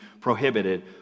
prohibited